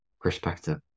perspective